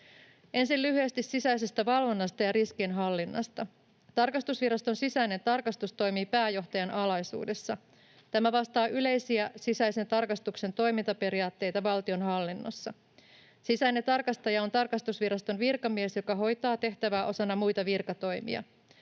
Ensin lyhyesti sisäisestä valvonnasta ja riskienhallinnasta: Tarkastusviraston sisäinen tarkastus toimii pääjohtajan alaisuudessa. Tämä vastaa yleisiä sisäisen tarkastuksen toimintaperiaatteita valtionhallinnossa. Sisäinen tarkastaja on tarkastusviraston virkamies, joka hoitaa tehtävää osana muita virkatoimia.